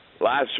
Last